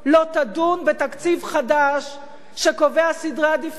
לא תדון בתקציב חדש שקובע סדרי עדיפויות